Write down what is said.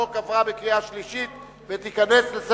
חוק סיוע לשדרות וליישובי הנגב המערבי (הוראת שעה) (תיקון מס'